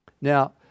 Now